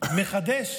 מחדש